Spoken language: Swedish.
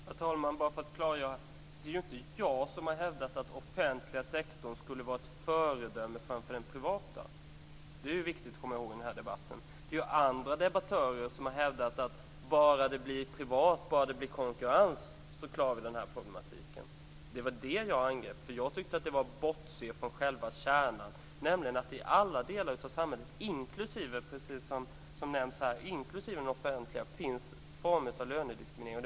Herr talman! Bara för att klargöra vad jag menar vill jag säga att det inte är jag som har hävdat att offentliga sektorn skulle vara ett föredöme framför den privata. Det är viktigt att komma ihåg i denna debatt. Det är andra debattörer som har hävdat att vi klarar problematiken bara verksamheten blir privat och utsätts för konkurrens. Det var det jag angrep. Jag tyckte att det var att bortse från själva kärnan, nämligen att det i alla delar av samhället, inklusive den offentliga, som nämnts här, finns former av lönediskriminering.